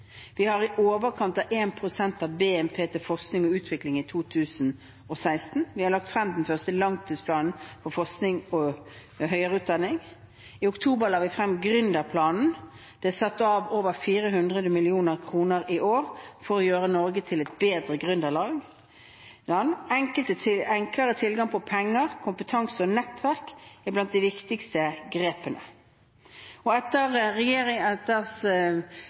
Vi har satt av i overkant av 1 pst. av BNP til forskning og utvikling i 2016. Vi har lagt frem den første langtidsplanen for forskning og høyere utdanning. I oktober la vi frem gründerplanen, hvor det er satt av over 400 mill. kr i år for å gjøre Norge til et bedre gründerland. Enklere tilgang på penger, kompetanse og nettverk er blant de viktigste grepene. Etter revidert nasjonalbudsjett i fjor innførte vi, etter